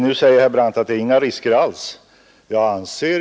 Nu säger herr Brandt att det inte finns några risker alls med detta dataregister.